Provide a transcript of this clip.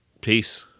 Peace